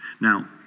Now